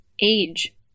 age